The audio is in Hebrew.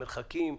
מרחקים,